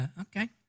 Okay